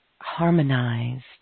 harmonized